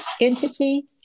entity